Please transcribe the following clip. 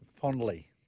fondly